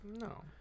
No